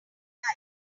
life